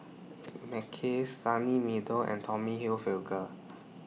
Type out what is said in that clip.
Mackays Sunny Meadow and Tommy Hilfiger